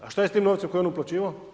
A šta je s tim novcem koji je on uplaćivao?